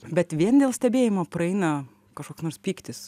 bet vien dėl stebėjimo praeina kažkoks nors pyktis